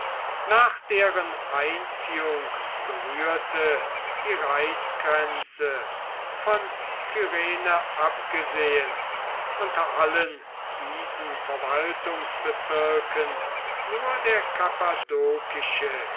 nach deren einziehung berührte die reichsgrenze von kyrene abgesehen unter allen diesen verwaltungsbezirken nur der